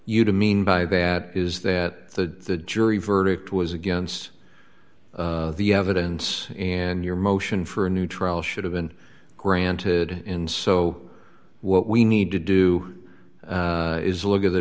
you to mean by that is that the jury verdict was against the evidence and your motion for a new trial should have been granted in so what we need to do is look at the